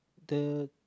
the